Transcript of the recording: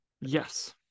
Yes